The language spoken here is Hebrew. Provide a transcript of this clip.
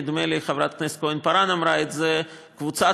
נדמה לי חברת הכנסת כהן-פארן אמרה את זה: לא קבוצת